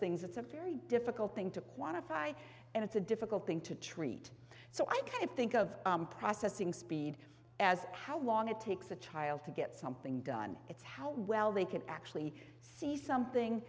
things it's a very difficult thing to quantify and it's a difficult thing to treat so i kind of think of processing speed as how long it takes a child to get something done it's how well they can actually see something